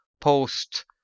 post